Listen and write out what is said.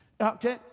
Okay